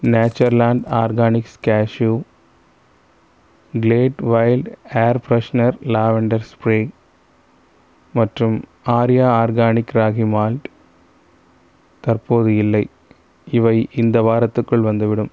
Natureland organics cashew Glade wild air freshener lavender spray மற்றும் Arya organic ragi malt தற்போது இல்லை இவை இந்த வாரத்துக்குள் வந்துவிடும்